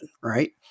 right